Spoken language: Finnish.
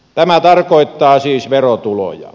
tämä tarkoittaa siis verotuloja